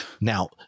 Now